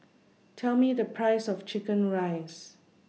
Tell Me The Price of Chicken Rice